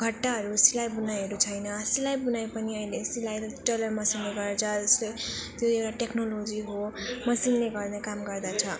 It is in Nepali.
घट्टाहरू सिलाइ बुनाइहरू छैन सिलाइ बुनाइ पनि अहिले सिलाइ टेलर मेसिनले गर्छ जस्तो त्यो एउटा टेक्नोलोजी हो मेसिनले गर्ने काम गर्दछ